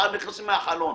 נכנסים מהחלון.